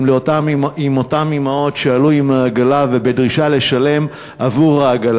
עם אותן אימהות שעלו עם העגלה ובדרישה לשלם עבור העגלה,